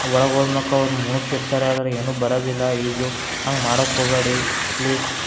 ಒಳಗೆ ಹೋದ ಮಕ ಅವ್ರು ಮುಳುಗ್ತಿರ್ತಾರೆ ಆದ್ರೆ ಏನು ಬರದಿಲ್ಲ ಈಜು ಹಂಗೆ ಮಾಡಕ್ಕೆ ಹೋಗಬೇಡಿ ಪ್ಲೀಸ್